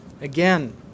Again